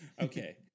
Okay